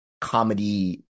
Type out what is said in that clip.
comedy